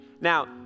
Now